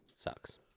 Sucks